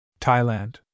Thailand